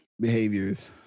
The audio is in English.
behaviors